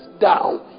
down